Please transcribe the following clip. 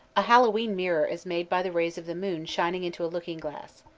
a hallowe'en mirror is made by the rays of the moon shining into a looking-glass.